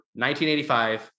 1985